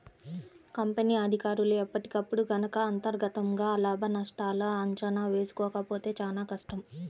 company అధికారులు ఎప్పటికప్పుడు గనక అంతర్గతంగా లాభనష్టాల అంచనా వేసుకోకపోతే చానా కష్టం